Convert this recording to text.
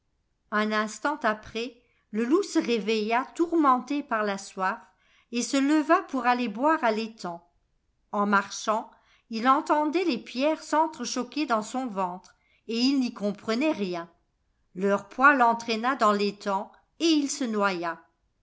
un instant après le loup se réveilla tourmenté par la soif et se leva pour aller boire à l'étang en marchant il entendait les pierres sentre choquer dans son ventre et il n'y comprenait rien leur poids l'entraîna dans l'étang et il se noya